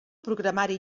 programari